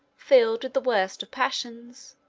filled with the worst of passions,